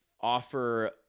offer